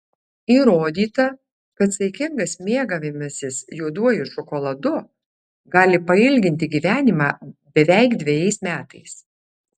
įrodyta kad saikingas mėgavimasis juoduoju šokoladu gali pailginti gyvenimą beveik dvejais metais